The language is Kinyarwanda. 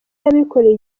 n’abikorera